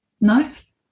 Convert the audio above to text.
Nice